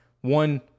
one